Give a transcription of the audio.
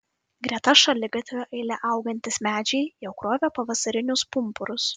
greta šaligatvio eile augantys medžiai jau krovė pavasarinius pumpurus